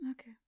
Okay